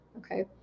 Okay